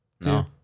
No